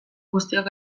guztiok